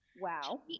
Wow